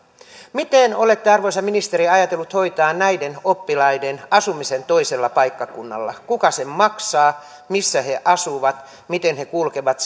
miten olette arvoisa ministeri ajatellut hoitaa näiden oppilaiden asumisen toisella paikkakunnalla kuka sen maksaa missä he asuvat miten he kulkevat